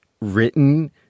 written